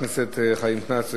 הן נאלצות להעסיקם בתור יועצים,